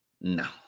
No